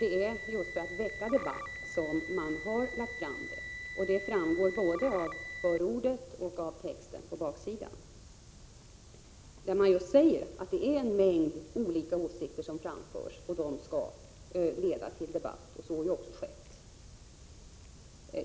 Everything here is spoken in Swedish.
Det är just för att väcka debatt som man har lagt fram det. Det framgår både av förordet och texten på baksidan, där man säger att en mängd olika åsikter framförs i broschyren och att de skall leda till debatt. Så har ju också skett.